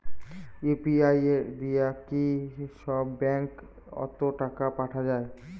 UPI দিয়া কি সব ব্যাংক ওত টাকা পাঠা যায়?